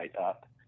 up